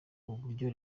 uburyo